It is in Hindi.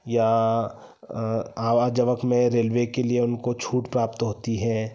या आवास जबक में रेलवे के लिए उनको छूट प्राप्त होती है